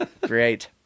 Great